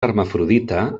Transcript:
hermafrodita